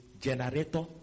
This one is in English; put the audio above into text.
generator